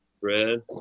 Red